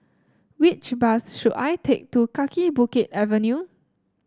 which bus should I take to Kaki Bukit Avenue